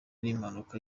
n’impanuka